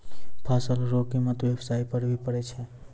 फसल रो कीमत व्याबसाय पर भी पड़ै छै